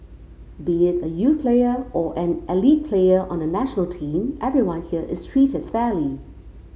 be it a youth player or an elite player on the national team everyone here is treated fairly